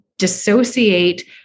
dissociate